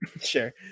Sure